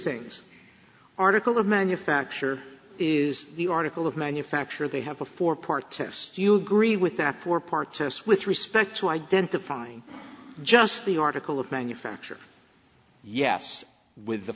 things article of manufacture is the article of manufacture they have a four part test you agree with that four part test with respect to identifying just the article of manufacture yes with the